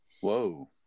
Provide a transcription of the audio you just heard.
Whoa